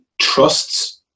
trusts